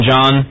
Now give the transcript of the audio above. John